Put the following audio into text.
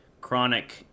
chronic